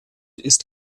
ist